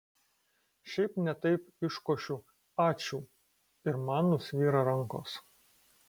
šiaip ne taip iškošiu ačiū ir man nusvyra rankos